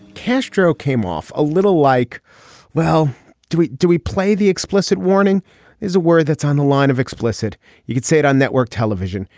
castro came off a little like well do we do we play the explicit warning is a word that's on the line of explicit you could say it on network television.